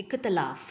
इख़्तिलाफ़ु